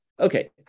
okay